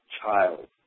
child